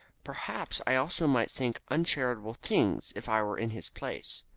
perhaps i also might think uncharitable things if i were in his place.